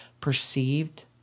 perceived